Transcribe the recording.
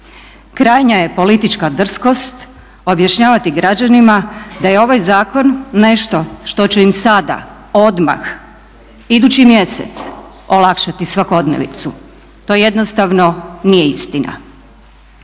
Krajnja je politička drskost objašnjavati građanima da je ovaj zakon nešto što će im sada, odmah, idući mjesec olakšati svakodnevicu. To jednostavno nije istina.